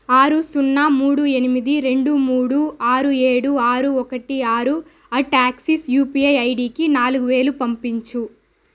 ఆరు సున్నా మూడు ఎనిమిది రెండు మూడు ఆరు ఏడు ఆరు ఒకటి ఆరు అట్ యాక్సిస్ యూపిఐ ఐడికి నాలుగు వేలు పంపించు